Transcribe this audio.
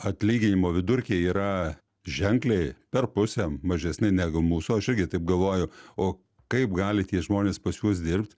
atlyginimo vidurkiai yra ženkliai per pusę mažesni negu mūsų aš irgi taip galvoju o kaip gali tie žmonės pas juos dirbt